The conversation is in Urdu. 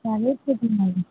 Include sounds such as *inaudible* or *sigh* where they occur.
*unintelligible*